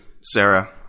sarah